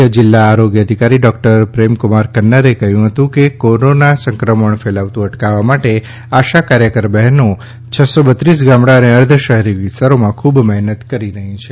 મુખ્ય જિલ્લા આરોગ્ય અધિકારી ડોક્ટર પ્રેમકુમાર કન્નરે કહ્યું કે કોરોના સંક્રમણ ફેલાતું અટકાવવા માટે આશા કાર્યકર બહેનો છસો બત્રીશ ગામડા અને અર્ધ શહેરી વિસ્તારમાં ખૂબ મહેનત કરી રહી છે